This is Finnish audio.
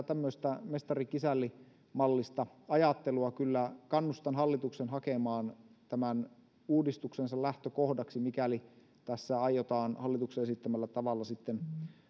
tämmöistä mestari kisälli mallista ajattelua kyllä kannustan hallitusta hakemaan uudistuksensa lähtökohdaksi mikäli tässä aiotaan hallituksen esittämällä tavalla